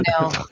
No